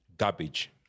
Garbage